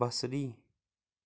بصری